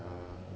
uh